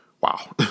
wow